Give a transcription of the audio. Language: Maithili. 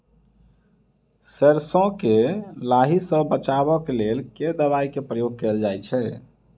सैरसो केँ लाही सऽ बचाब केँ लेल केँ दवाई केँ प्रयोग कैल जाएँ छैय?